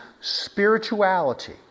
spirituality